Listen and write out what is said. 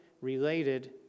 related